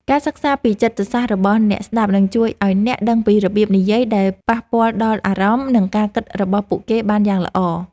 ការសិក្សាពីចិត្តសាស្ត្ររបស់អ្នកស្តាប់នឹងជួយឱ្យអ្នកដឹងពីរបៀបនិយាយដែលប៉ះពាល់ដល់អារម្មណ៍ និងការគិតរបស់ពួកគេបានយ៉ាងល្អ។